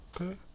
Okay